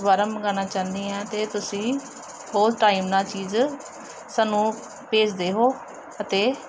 ਦੁਬਾਰਾ ਮੰਗਵਾਉਣਾ ਚਾਹੁੰਦੀ ਹਾਂ ਅਤੇ ਤੁਸੀਂ ਉਹ ਟਾਈਮ ਨਾਲ ਚੀਜ਼ ਸਾਨੂੰ ਭੇਜਦੇ ਦੇਵੋ ਅਤੇ